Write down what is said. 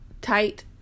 tight